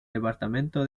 departamento